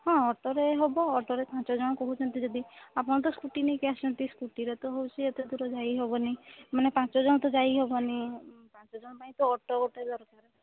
ହଁ ଅଟୋରେ ହବ ଅଟୋରେ ପାଞ୍ଚ ଜଣ କହୁଛନ୍ତି ଯଦି ଆପଣ ତ ସ୍କୁଟି ନେଇକି ଆସିଛନ୍ତି ସ୍କୁଟିରେ ତ ହେଉଛି ଏତେ ଦୂର ଯାଇ ହବ ନେଇ ମାନେ ପାଞ୍ଚ ଜଣ ତ ଯାଇ ହେବନି ତ ଅଟୋ ଗୋଟେ ଦରକାର